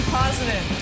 positive